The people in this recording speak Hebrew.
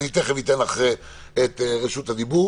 תיכף אתן לך את רשות הדיבור.